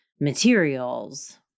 materials